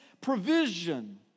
provision